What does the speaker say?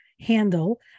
handle